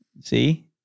See